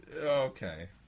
Okay